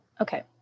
okay